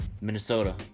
Minnesota